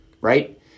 Right